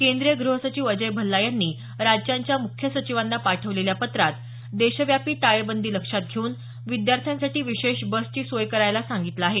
केंद्रीय ग्रहसचिव अजय भल्ला यांनी राज्यांच्या मुख्य सचिवांना पाठवलेल्या पत्रात देशव्यापी टाळेबंदी लक्षात घेऊन विद्यार्थ्यांसाठी विशेष बसची सोय करायला सांगितलं आहे